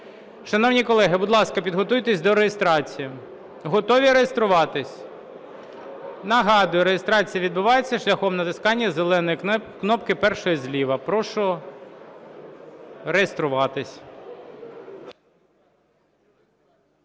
Шановні колеги, будь ласка, підготуйтесь до реєстрації. Готові реєструватись? Нагадую: реєстрація відбувається шляхом натискання зеленої кнопки, першої зліва. Прошу реєструватись.